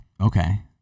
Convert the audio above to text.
Okay